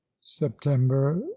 September